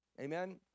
amen